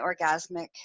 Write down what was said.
Orgasmic